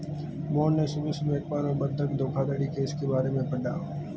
मोहन ने सुबह सुबह अखबार में बंधक धोखाधड़ी केस के बारे में पढ़ा